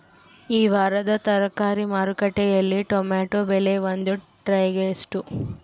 ಈ ವಾರದ ತರಕಾರಿ ಮಾರುಕಟ್ಟೆಯಲ್ಲಿ ಟೊಮೆಟೊ ಬೆಲೆ ಒಂದು ಟ್ರೈ ಗೆ ಎಷ್ಟು?